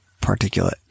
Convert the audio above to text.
particulate